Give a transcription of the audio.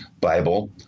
Bible